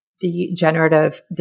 degenerative